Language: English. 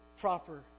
proper